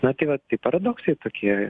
na tai vat tai paradoksai tokie